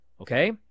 okay